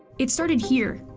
it started here,